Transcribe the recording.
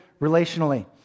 relationally